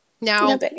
Now